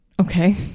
Okay